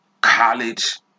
college